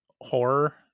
horror